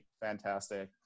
Fantastic